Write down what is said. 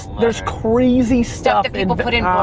there's crazy stuff that people put in um